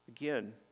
again